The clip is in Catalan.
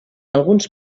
alguns